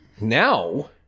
Now